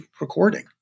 recording